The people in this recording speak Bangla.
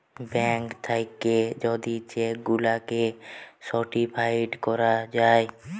ব্যাঙ্ক থাকে যদি চেক গুলাকে সার্টিফাইড করা যায়